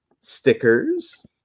stickers